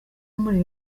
muri